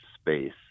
space